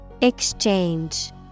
Exchange